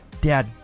Dad